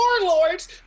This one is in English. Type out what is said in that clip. Warlords